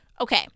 Okay